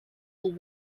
all